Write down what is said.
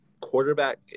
quarterback